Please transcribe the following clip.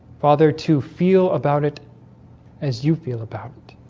father to feel about it as you feel about it